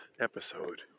episode